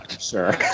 sure